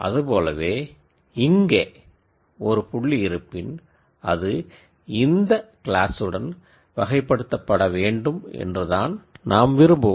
அதுபோலவே இங்கே ஒரு புள்ளி இருப்பின் அது இந்த கிளாஸ்சுடன் வகைப்படுத்தப்படவேண்டும் என்றுதான் நாம் விரும்புவோம்